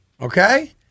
okay